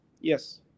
Yes